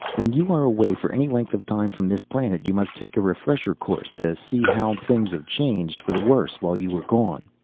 when you are away for any length of time from this planet, you must take a refresher course. to see how things have changed for the worse while you were gone.